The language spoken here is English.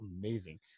amazing